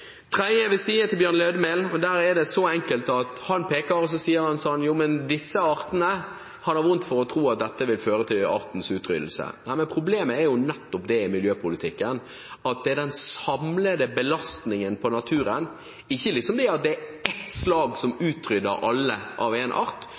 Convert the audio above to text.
tredje jeg vil si, er til Bjørn Lødemel. Det er så enkelt at han peker på og sier at med disse artene hadde han vondt for å tro at dette ville føre til artenes utryddelse. Problemet er jo nettopp det i miljøpolitikken at det er den samlede belastningen på naturen – ikke liksom at det er ett slag som utrydder alle av én art,